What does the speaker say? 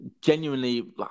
genuinely